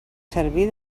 servir